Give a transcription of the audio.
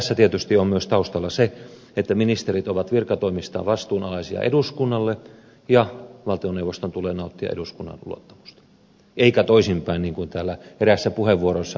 tässä tietysti on myös taustalla se että ministerit ovat virkatoimistaan vastuunalaisia eduskunnalle ja valtioneuvoston tulee nauttia eduskunnan luottamusta eikä toisinpäin niin kuin täällä eräässä puheenvuorossa on todettu